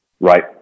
Right